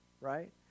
right